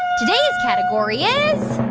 today's category is.